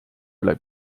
üle